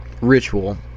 ritual